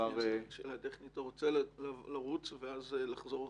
אתה רוצה לרוץ ואז לחזור אחורה,